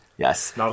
Yes